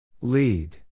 Lead